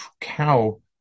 cow